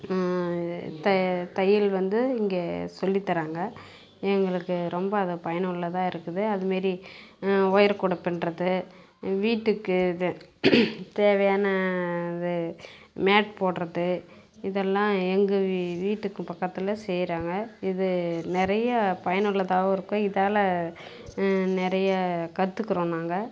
த தையல் வந்து இங்கே சொல்லித்தராங்க எங்களுக்கு ரொம்ப அதை பயனுள்ளதாக இருக்குது அதுமாரி ஒயர் கூடை பின்னுறது வீட்டுக்கு இது தேவையான இது மேட் போடுறது இதெல்லாம் எங்கள் வீ வீட்டுக்கு பக்கத்தில் செய்கிறாங்க இது நிறையா பயனுள்ளதாகவும் இருக்குது இதால் நிறையக் கற்றுக்குறோம் நாங்கள்